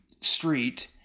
street